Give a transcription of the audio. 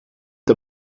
der